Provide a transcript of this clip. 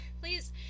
please